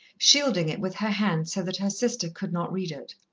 shielding it with her hand so that her sister could not read it.